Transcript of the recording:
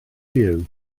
byw